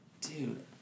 Dude